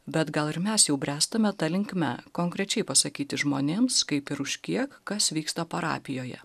bet gal ir mes jau bręstame ta linkme konkrečiai pasakyti žmonėms kaip ir už kiek kas vyksta parapijoje